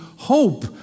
hope